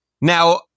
Now